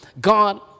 God